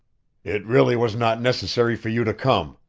it really was not necessary for you to come,